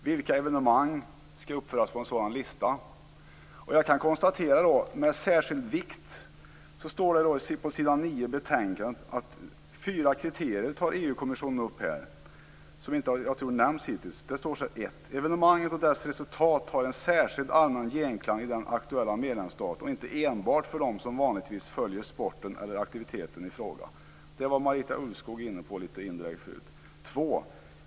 Vilka evenemang skall föras upp på en sådan lista? På s. 9 i betänkandet står det om fyra kriterier som EU-kommissionen tar upp och som hittills inte har nämnts: "1. Evenemanget och dess resultat har en särskild allmän genklang i den aktuella medlemsstaten och inte enbart för dem som vanligtvis följer sporten eller aktiviteten i fråga" - detta var Marita Ulvskog indirekt inne på tidigare. "2.